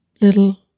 little